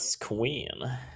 Queen